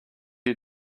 you